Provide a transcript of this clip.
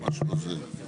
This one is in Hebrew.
אנחנו נשאיר את זה כרגע.